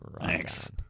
Thanks